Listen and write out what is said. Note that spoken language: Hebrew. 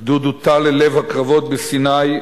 הגדוד הוטל אל לב הקרבות בסיני,